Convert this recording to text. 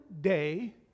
day